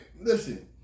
Listen